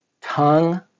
tongue